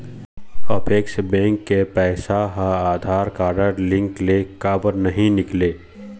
Apex bank के पैसा हा आधार कारड लिंक ले काबर नहीं निकले?